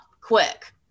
quick